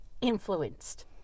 influenced